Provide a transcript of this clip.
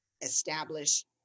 establish